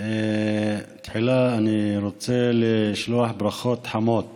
תחילה אני רוצה לשלוח ברכות חמות